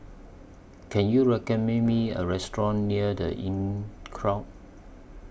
Can YOU recommend Me A Restaurant near The Inncrowd